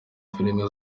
filime